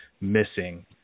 missing